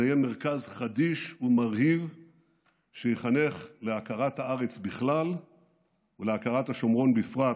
זה יהיה מרכז חדיש ומרהיב שיחנך להכרת הארץ בכלל ולהכרת השומרון בפרט,